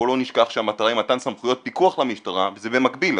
בואו לא נשכח שהמטרה היא מתן סמכויות פיקוח למשטרה וזה במקביל.